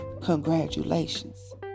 congratulations